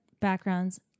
backgrounds